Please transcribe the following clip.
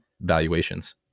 valuations